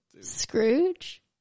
Scrooge